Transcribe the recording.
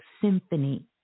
symphony